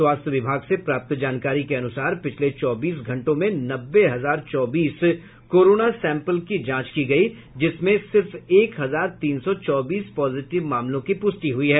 स्वास्थ्य विभाग से प्राप्त जानकारी के अनुसार पिछले चौबीस घंटों में नब्बे हजार चौबीस कोरोना सैम्पल की जांच की गयी जिसमें सिर्फ एक हजार तीन सौ चौबीस पॉजिटिव मामलों की पुष्टि हुई है